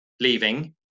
leaving